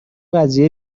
قضیه